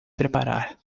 preparar